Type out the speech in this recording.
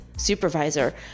Supervisor